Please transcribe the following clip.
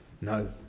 No